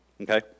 Okay